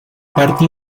parte